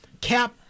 Cap